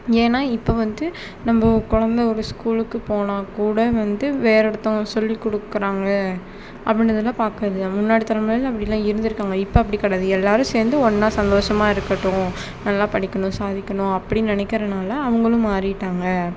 ஏன்னால் இப்போ வந்து நம்ம குழந்த ஒரு ஸ்கூலுக்கு போனால் கூட வந்து வேறே ஒருத்தங்க சொல்லி கொடுக்குறாங்க அப்படின்றதலாம் பார்க்குறது முன்னாடி தலைமுறையிலலாம் அப்படிலாம் இருந்திருக்காங்க இப்போ அப்படி கிடையாது எல்லாரும் சேர்ந்து ஒன்றா சந்தோஷமா இருக்கட்டும் நல்லா படிக்கணும் சாதிக்கணும் அப்படி நினைக்கிறனால் அவங்களும் மாறிட்டாங்க